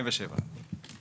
מקומות ההטמנה.